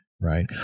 right